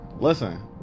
Listen